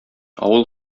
авыл